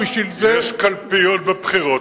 יש קלפיות בבחירות,